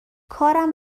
کارم